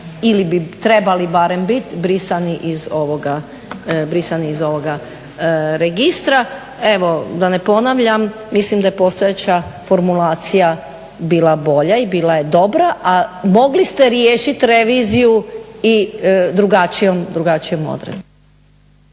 ili bi trebali barem biti brisani iz ovoga registra. Evo, da ne ponavljam, mislim da je postojeća formulacija bila bolja i bila je dobra a mogli ste riješiti reviziju i drugačijom odredbom.